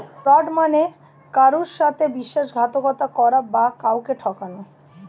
fraud মানে কারুর সাথে বিশ্বাসঘাতকতা করা বা কাউকে ঠকানো